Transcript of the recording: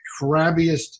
crabbiest